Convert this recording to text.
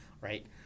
right